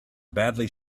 badly